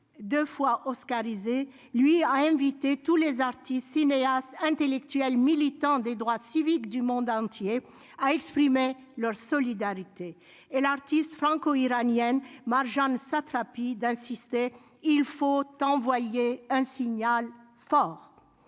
2 fois oscarisé lui a invité tous les artistes, cinéastes, intellectuels, militants des droits civiques du monde entier à exprimer leur solidarité et l'artiste franco-iranienne Marjane Satrapi d'insister : il faut envoyer un signal fort en